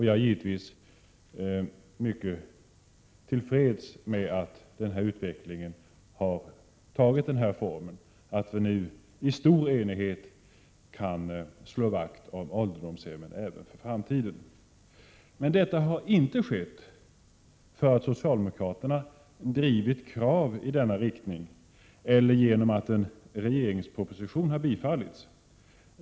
Jag är givetvis mycket till freds med att utvecklingen har tagit denna form, så att vi i stor enighet kan slå vakt om ålderdomshemmen även för framtiden. Detta sker emellertid inte därför att socialdemokraterna drivit krav i denna riktning eller genom att en regeringsproposition har bifallits.